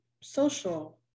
social